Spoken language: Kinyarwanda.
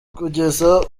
kugeza